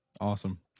awesome